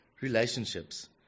relationships